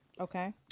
Okay